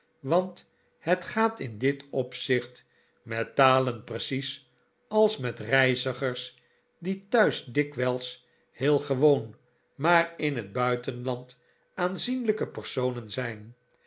want het gaat in dit opzicht met talen precies als met reizigers die thuis dikwijls heel gewoon maar in het buitenland aanzienlijke personen zijn